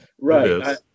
Right